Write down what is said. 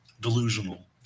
delusional